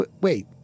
wait